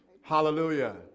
hallelujah